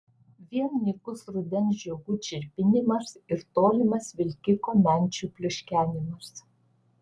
vien nykus rudens žiogų čirpinimas ir tolimas vilkiko menčių pliuškenimas